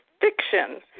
fiction